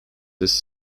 this